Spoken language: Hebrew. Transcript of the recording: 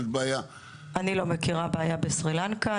אני לא מכירה בעיה בסרילנקה.